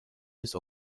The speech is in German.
bis